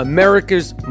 America's